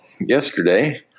yesterday